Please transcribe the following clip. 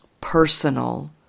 personal